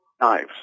knives